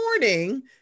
morning